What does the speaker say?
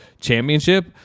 championship